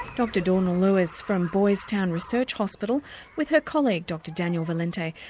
dr dawna lewis from boys town research hospital with her colleague dr daniel valente.